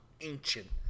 ancient